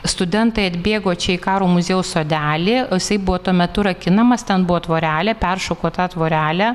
studentai atbėgo čia į karo muziejaus sodelį o jisai buvo tuo metu rakinamas ten buvo tvorelė peršoko tą tvorelę